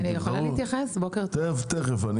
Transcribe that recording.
תמנו את